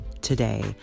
today